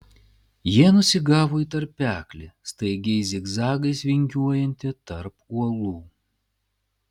jie nusigavo į tarpeklį staigiais zigzagais vingiuojantį tarp uolų